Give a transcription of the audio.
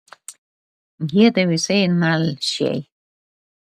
gėda visai nalšiai